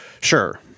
sure